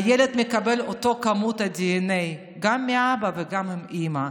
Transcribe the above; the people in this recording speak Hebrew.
הילד מקבל את אותה כמות של דנ"א גם מהאבא וגם מהאימא.